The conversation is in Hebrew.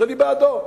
שאני בעדה,